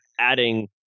adding